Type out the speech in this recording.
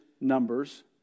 numbers